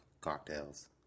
cocktails